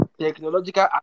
technological